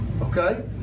Okay